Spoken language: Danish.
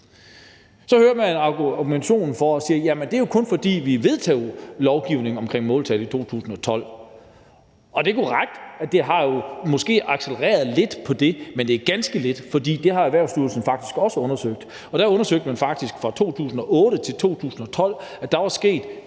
Så hører man den argumentation, at det kun er, fordi vi vedtog lovgivning om måltal i 2012. Det er korrekt, at det måske har accelereret processen lidt, men det er ganske lidt, for det har Erhvervsstyrelsen faktisk også undersøgt. Der undersøgte man faktisk perioden 2008-2012, og man fandt,